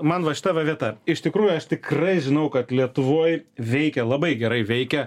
man va šita va vieta iš tikrųjų aš tikrai žinau kad lietuvoj veikia labai gerai veikia